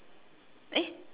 eh